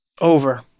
Over